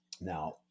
now